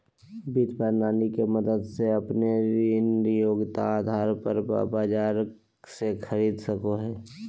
वित्त प्रणाली के मदद से अपने ऋण योग्यता आधार पर बाजार से खरीद सको हइ